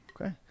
Okay